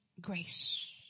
grace